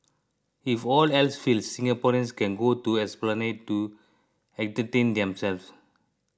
if all else fails Singaporeans can go to Esplanade to entertain themselves